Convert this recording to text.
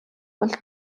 бол